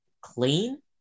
clean